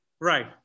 right